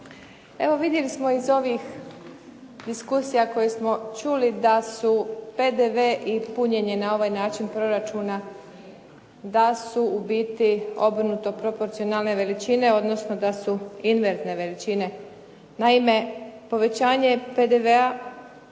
Evo vidjeli smo iz ovih diskusija koje smo čuli da su PDV i punjenje na ovaj način proračuna, da su u biti obrnuto proporcionalne veličine, odnosno da su invertne veličine. Naime, povećanje PDV-a